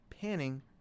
panning